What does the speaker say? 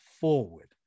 forward